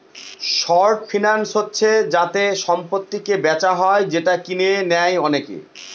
short finance হচ্ছে যাতে সম্পত্তিকে বেচা হয় যেটা কিনে নেয় অনেকে